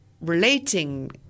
relating